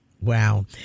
Wow